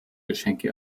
geschenke